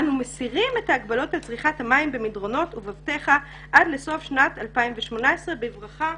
אנו מסירים את ההגבלות על צריכת המים במדרונות עד לסוף שנת 2018. בברכה,